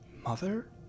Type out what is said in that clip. Mother